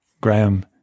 Graham